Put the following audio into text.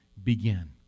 begin